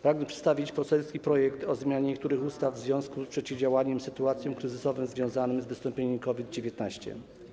Pragnę przedstawić poselski projekt ustawy o zmianie niektórych ustaw w związku z przeciwdziałaniem sytuacjom kryzysowym związanym z wystąpieniem COVID-19.